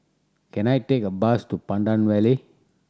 can I take a bus to Pandan Valley